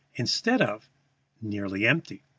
instead of nearly empty.